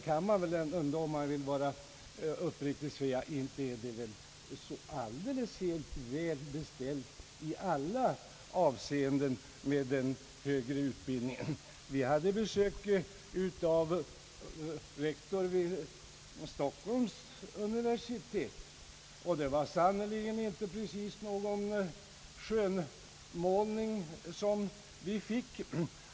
Om man sedan vill vara uppriktig kan man väl ändå säga, att det inte är så alldeles helt väl ställt i alla avseenden med den högre utbildningen. Vi hade besök av rektor vid Stockholms universitet och det var sannerligen inte någon skönmålning vi fick.